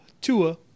Tua